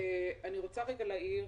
אני רוצה רגע להעיר